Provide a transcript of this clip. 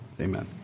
Amen